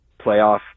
playoff